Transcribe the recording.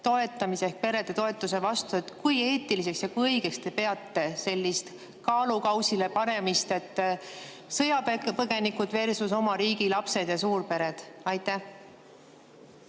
toetamise ehk perede toetuse vastu. Kui eetiliseks ja kui õigeks te peate sellist kaalukausile panemist, et sõjapõgenikudversusoma riigi lapsed ja suurpered? Ma